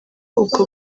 ubwo